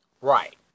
Right